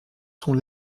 sont